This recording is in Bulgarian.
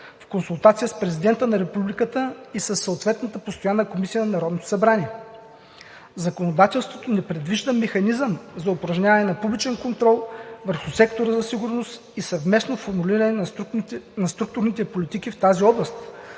в консултация с Президента на републиката и със съответната Постоянна комисия на Народното събрание. Законодателството не предвижда механизъм за упражняване на публичен контрол върху сектора за сигурност и съвместно формулиране на структурните политики в тази област,